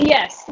Yes